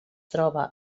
troba